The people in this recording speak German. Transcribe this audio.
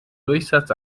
durchsatz